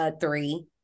Three